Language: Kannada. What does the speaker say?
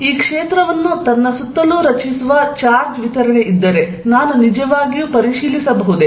ಈ ಕ್ಷೇತ್ರವನ್ನು ತನ್ನ ಸುತ್ತಲೂ ರಚಿಸುವ ಚಾರ್ಜ್ ವಿತರಣೆ ಇದ್ದರೆ ನಾನು ನಿಜವಾಗಿಯೂ ಪರಿಶೀಲಿಸಬಹುದೇ